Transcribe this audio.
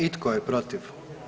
I tko je protiv?